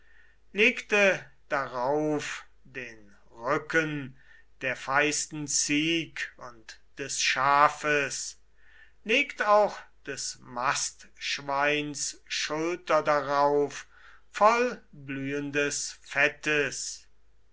legte darauf den rücken der feisten zieg und des schafes legt auch des mastschweins schulter darauf voll blühendes fettes